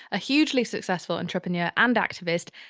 a hugely successful entrepreneur and activist.